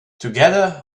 together